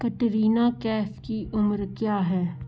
कटरीना कैफ़ की उम्र क्या है